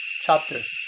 chapters